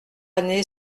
année